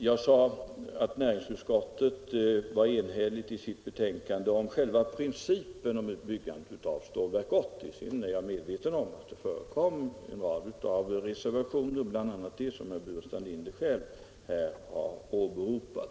Jag sade att näringsutskottet var enhälligt i sitt betänkande om själva principen om byggandet av Stålverk 80, men jag är medveten om att det förekom en rad av reservationer, bl.a. de som herr Burenstam Linder själv har åberopat.